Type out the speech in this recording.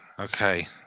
Okay